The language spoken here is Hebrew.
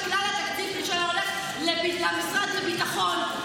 שכלל התקציב שלה הולך למשרד הביטחון.